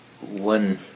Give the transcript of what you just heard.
One